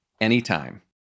anytime